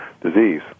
disease